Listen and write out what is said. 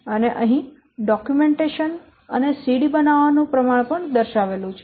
અને અહીં ડોક્યુમેન્ટેશન અને CD બનાવવાનું પ્રમાણ પણ દર્શાવેલું છે